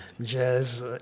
jazz